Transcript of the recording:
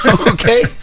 Okay